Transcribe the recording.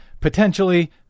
potentially